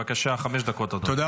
בבקשה, חמש דקות, אדוני.